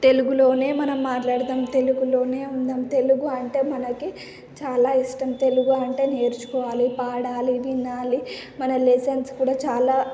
తెలుగులోనే మనం మాట్లాడదాం తెలుగులోనే ఉందాం తెలుగు అంటే మనకి చాలా ఇష్టం తెలుగు అంటే నేర్చుకోవాలి పాడాలి వినాలి మన లెసన్స్ కూడా చాలా